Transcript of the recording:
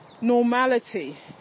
normality